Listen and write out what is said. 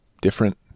different